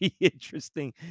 interesting